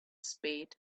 spade